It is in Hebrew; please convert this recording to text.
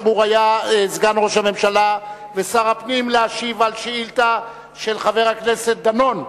סגן ראש הממשלה ושר הפנים אמור היה להשיב על שאילתא של חבר הכנסת דנון.